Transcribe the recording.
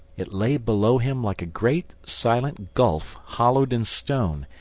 it lay below him like a great silent gulf hollowed in stone,